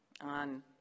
on